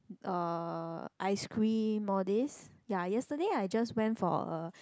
uh ice cream all this ya yesterday I just went for a